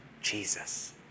Jesus